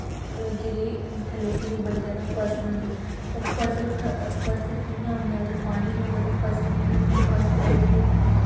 जेह्ड़ी इत्थें लोकें दी बड़ी जादा फसल होंदी ते फसल ख फसल कि'यां होनी अगर पानी गै निं होगा ते फसल कि'यां होनी ओह् फसल ऐ जेह्ड़ी